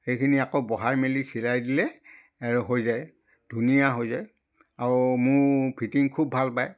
সেইখিনি আকৌ বহাই মেলি চিলাই দিলে আৰু হৈ যায় ধুনীয়া হৈ যায় আৰু মোৰ ফিটিং খুব ভাল পায়